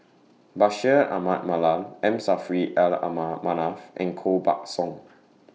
Bashir Ahmad Mallal M Saffri Ala Manaf and Koh Buck Song